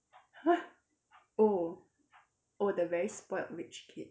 !huh! oh oh the very spoilt rich kid